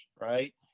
Right